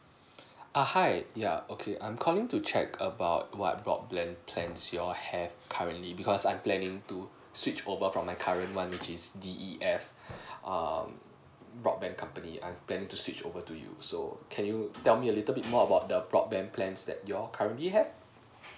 uh hi yeah okay I'm calling to check about what broadband plan you have currently because I'm planning to switch over from my current one which is D_E_F um broadband company I'm planning to switch over to you so can you tell me a little bit more about the broadband plan that you currently have